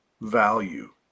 value